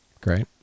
Great